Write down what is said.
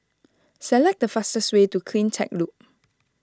select the fastest way to CleanTech Loop